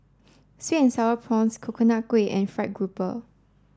sweets or prawns coconut kuih and fried grouper